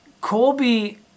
Colby